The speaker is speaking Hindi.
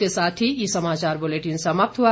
इसी के साथ ये समाचार बुलेटिन समाप्त हुआ